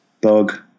bug